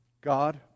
God